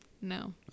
No